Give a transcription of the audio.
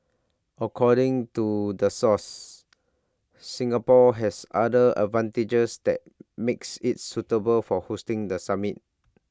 according to the source Singapore has other advantages that makes IT suitable for hosting the summit